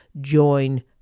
Join